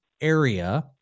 area –